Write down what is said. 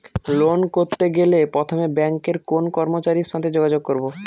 Loan করতে গেলে প্রথমে ব্যাঙ্কের কোন কর্মচারীর সাথে যোগাযোগ করব?